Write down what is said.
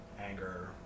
Anger